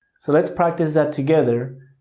so let's practice that together.